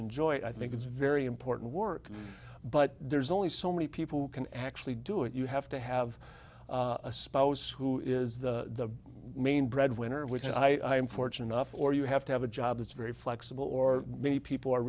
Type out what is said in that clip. enjoy i think it's very important work but there's only so many people who can actually do it you have to have a spouse who is the main breadwinner which i am fortunate enough or you have to have a job that's very flexible or many people are